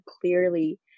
clearly